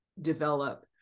develop